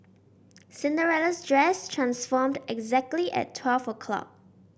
Cinderella's dress transformed exactly at twelve o'clock